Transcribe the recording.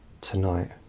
tonight